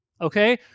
Okay